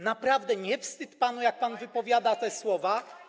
Naprawdę nie wstyd panu, jak pan wypowiada te słowa?